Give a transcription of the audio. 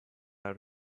out